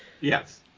Yes